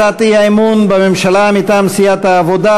הצעת האי-אמון בממשלה מטעם סיעת העבודה: